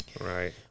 Right